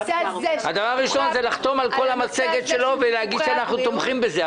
הדבר הראשון זה לחתום על כל המצגת שלו ולהגיד שאנחנו תומכים בזה,